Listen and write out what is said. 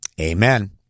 Amen